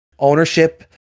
ownership